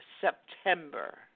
September